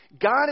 God